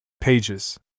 pages